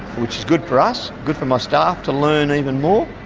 which is good for us, good for my staff to learn even more.